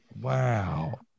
Wow